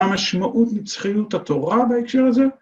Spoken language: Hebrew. ‫מה משמעות נצחיות התורה ‫בהקשר לזה?